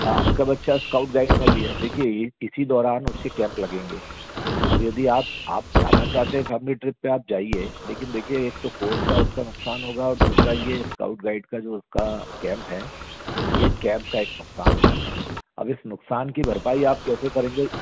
आपका बच्चा scout guide में भी है देखिए ये इसी दौरान उसके कैम्प लगेंगे अब यदि आप आप जाना चाहते हैं लंबी ट्रिप पर आप जाइए लेकिन देखिए एक तो कोर्स का उसका नुक़सान होगा और दूसरा ये एसगौड गाइड का जो उसका कैम्प है ये कैम्प का एक नुक़सान होगा अब इस नुक़सान की भरपाई आप कैसे करेंगे